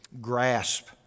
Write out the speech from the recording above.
grasp